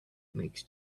makes